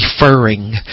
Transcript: referring